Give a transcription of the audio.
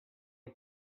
out